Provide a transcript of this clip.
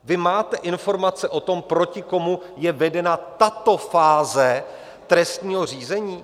Vy máte informace o tom, proti komu je vedena tato fáze trestního řízení?